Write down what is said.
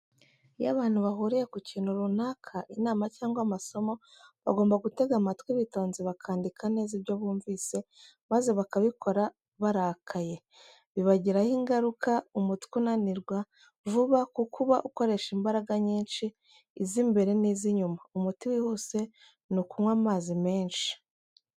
Iyo abantu bahuriye ku kintu runaka, inama cyangwa amasomo, bagomba gutega amatwi bitonze bakandika neza ibyo bumvise, maze bakabikora barakaye, bibagiraho ingaruka, umutwe unanirwa vuba kuko uba ukoresha imbaraga nyinshi, iz'imbere n'iz'inyuma, umuti wihuse ni ukunywa amazi menshi.